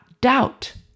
doubt